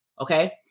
okay